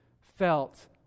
felt